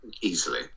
easily